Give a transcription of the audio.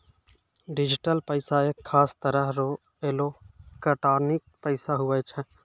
digital पैसा एक खास तरह रो एलोकटानिक पैसा हुवै छै